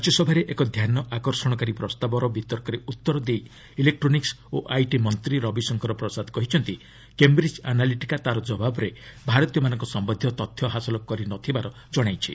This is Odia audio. ରାଜ୍ୟସଭାରେ ଏକ ଧ୍ୟାନ ଆକର୍ଷଣକାରୀ ପ୍ରସ୍ତାବ ବିତର୍କରେ ଉତ୍ତର ଦେଇ ଇଲେକ୍ଟ୍ରୋନିକ୍ସ ଓ ଆଇଟି ମନ୍ତ୍ରୀ ରବିଶଙ୍କର ପ୍ରସାଦ କହିଛନ୍ତି କେମ୍ବ୍ରିଜ୍ ଆନାଲିଟିକା ତା'ର ଜବାବରେ ଭାରତୀୟମାନଙ୍କ ସମ୍ଭନ୍ଧୀୟ ତଥ୍ୟ ହାସଲ କରି ନ ଥିବାର ଜଣାଇଛି